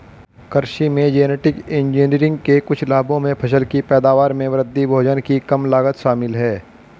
कृषि में genetic engineering के कुछ लाभों में फसल की पैदावार में वृद्धि, भोजन की कम लागत शामिल हैं